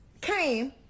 came